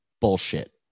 bullshit